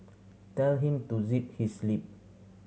tell him to zip his lip